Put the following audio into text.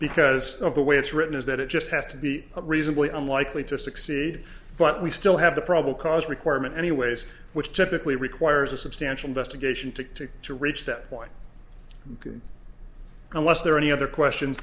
because of the way it's written is that it just has to be reasonably unlikely to succeed but we still have the probable cause requirement anyways which typically requires a substantial investigation to to reach that point unless there are any other questions